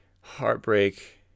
heartbreak